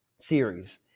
series